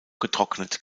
getrocknet